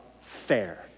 fair